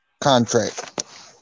contract